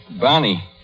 Bonnie